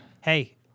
Hey